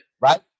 right